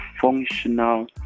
functional